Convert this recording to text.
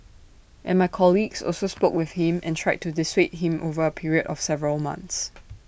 and my colleagues also spoke with him and tried to dissuade him over A period of several months